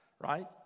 right